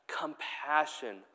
compassion